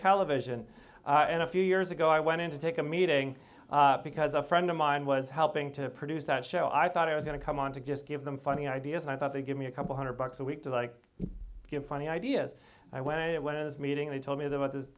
television and a few years ago i went in to take a meeting because a friend of mine was helping to produce that show i thought i was going to come on to just give them funny ideas and i thought they give me a couple hundred bucks a week to like give funny ideas i when i when i was meeting they told me